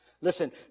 Listen